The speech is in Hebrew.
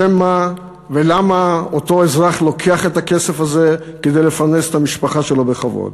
לשם מה ולמה אותו אזרח לוקח את הכסף הזה כדי לפרנס את המשפחה שלו בכבוד.